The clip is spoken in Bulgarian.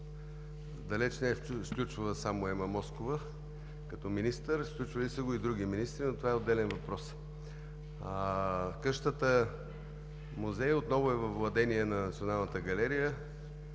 далеч не е сключвала само Емма Москова като министър, сключвали са го и други министри, но това е отделен въпрос. Къщата музей отново е във владение на Националната галерия.